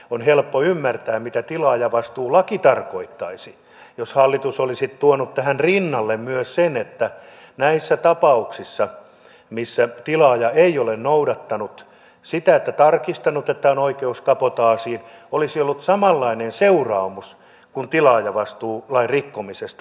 on helppo ymmärtää mitä tilaajavastuulaki tarkoittaisi jos hallitus olisi tuonut tähän rinnalle myös sen että näissä tapauksissa missä tilaaja ei ole noudattanut sitä että on tarkistanut että on oikeus kabotaasiin olisi ollut samanlainen seuraamus kuin tilaajavastuulain rikkomisesta